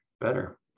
better